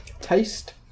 Taste